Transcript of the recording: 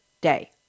Day